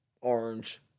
orange